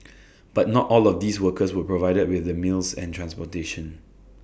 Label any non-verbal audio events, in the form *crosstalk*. *noise* but not all of these workers were provided with the meals and transportation